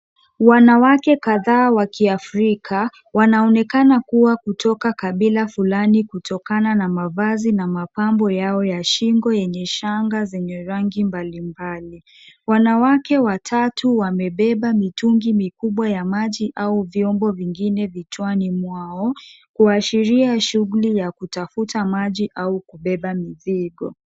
Wanawake kadhaa wa kiafrika, wanaonekana kuwa kutoka kabila fulani, kutokana na mavazi na mapambo yao ya shingo, yenye shanga zenye rangi mbalimbali. Wanawake watatu wamebeba mitungi mikubwa ya maji au vyombo vingine kichwani mwao, kuashiria shughuli ya kutafuta maji au kubeba mizigo.